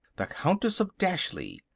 the countess of dashleigh!